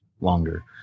longer